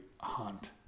hunt